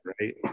right